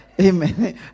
Amen